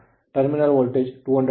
terminal voltage 200 volts